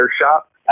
shop